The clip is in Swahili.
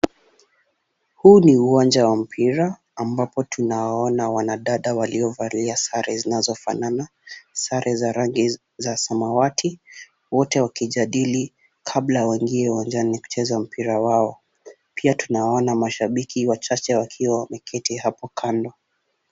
Huu ni uwanja wa mpira ambapo tunawaona wanadada waliovalia sare zinazofanana, sare za rangi za samawati, wote wakijadili kabla waingie uwanjani kucheza mpira wao. Pia tunawaona mashabiki wachache wakiwa wameketi hapo kando.